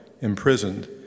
imprisoned